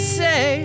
say